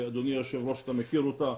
אדוני היושב ראש, אתה מכיר אותה,